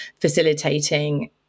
facilitating